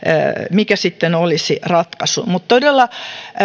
mikä sitten olisi ratkaisu mutta todella